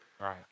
Right